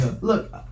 Look